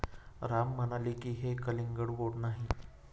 राम म्हणाले की, हे कलिंगड गोड नाही